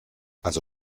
also